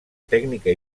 tècnica